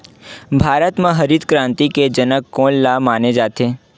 भारत मा हरित क्रांति के जनक कोन ला माने जाथे?